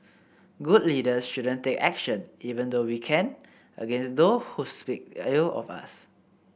good leaders shouldn't take action even though we can against those who speak ill of us